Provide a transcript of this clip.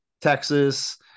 Texas